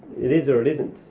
it is or it isn't.